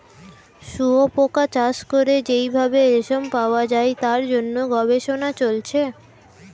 শুয়োপোকা চাষ করে যেই ভাবে রেশম পাওয়া যায় তার জন্য গবেষণা চলছে